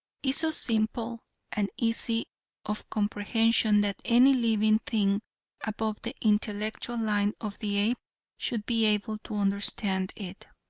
is so simple and easy of comprehension that any living thing above the intellectual line of the ape should be able to understand it.